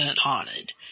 haunted